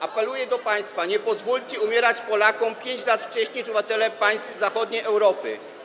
Apeluję do państwa: nie pozwólcie umierać Polakom 5 lat wcześniej niż obywatele państw zachodniej Europy.